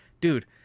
dude